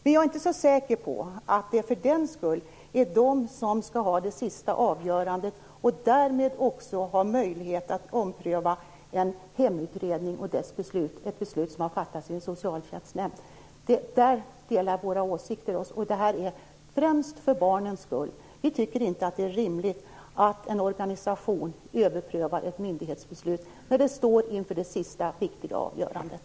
Men jag är inte så säker på att de för den skull skall ha det sista avgörandet och därmed också ha möjlighet att ompröva en hemutredning och ett beslut som har fattats i en socialtjänstnämnd. Där går våra åsikter isär. Vi har gjort vårt ställningstagande främst för barnens skull. Vi tycker inte att det är rimligt att en organisation överprövar ett myndighetsbeslut när det kommer till det sista viktiga avgörandet.